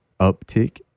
uptick